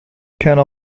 كان